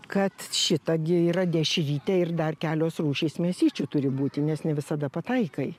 kad šita gi yra dešrytė ir dar kelios rūšys mėsyčių turi būti nes nevisada pataikai